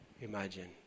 imagine